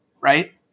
Right